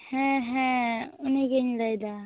ᱦᱮᱸ ᱦᱮᱸ ᱩᱱᱤᱜᱮᱧ ᱞᱟ ᱭᱮᱫᱟ